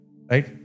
Right